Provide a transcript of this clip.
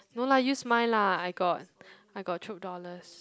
no lah use mine lah I got I got Chope dollars